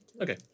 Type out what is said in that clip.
Okay